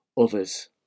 others